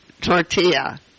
Tortilla